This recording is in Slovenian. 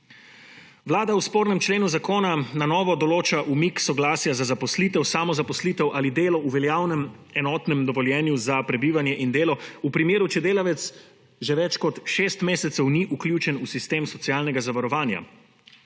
Vlada v spornem členu zakona na novo določa umik soglasja za zaposlitev, samozaposlitev ali delo v veljavnem enotnem dovoljenju za prebivanje in delo v primeru, če delavec že več kot 6 mesecev ni vključen v sistem socialnega zavarovanja.